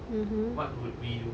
mmhmm